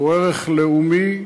הוא ערך לאומי,